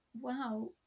wow